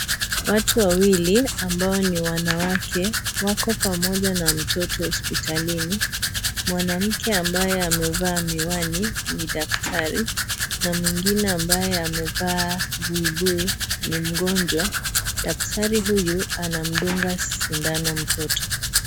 Watu wawili, ambao ni wanawake, wako pamoja na mtoto hospitalini. Mwanamke ambaye amevaa miwani ni daktari na mwingine ambaye amevaa buibui ni mgonjwa. Daktari huyu, anamdunga sindano mtoto.